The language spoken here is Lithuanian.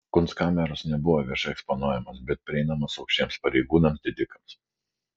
kunstkameros nebuvo viešai eksponuojamos bet prieinamos aukštiems pareigūnams didikams